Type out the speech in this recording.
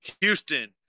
Houston